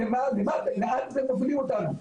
לאן אתם מובילים אותנו?